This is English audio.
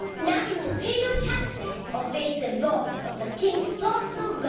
now you will pay your taxes or face the wrath of the king's personal